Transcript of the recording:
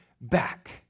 back